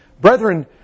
Brethren